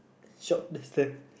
shop there's the